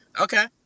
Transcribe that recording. Okay